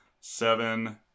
seven